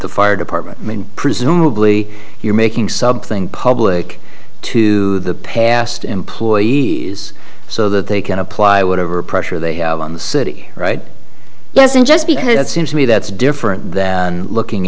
the fire department i mean presumably you're making something public to the past employees so that they can apply whatever pressure they have on the city right yes and just because it seems to me that's different than looking